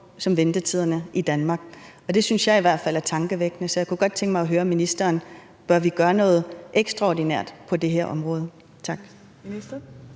som ventetiderne i Danmark, og det synes jeg i hvert fald er tankevækkende. Så jeg kunne godt tænke mig at høre ministeren: Bør vi gøre noget ekstraordinært på det her område? Tak.